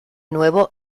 nuevo